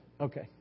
Okay